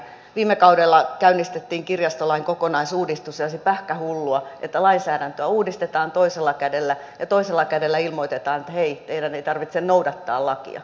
viime kaudella käynnistettiin kirjastolain kokonaisuudistus ja olisi pähkähullua että lainsäädäntöä uudistetaan toisella kädellä ja toisella kädellä ilmoitetaan että hei teidän ei tarvitse noudattaa lakia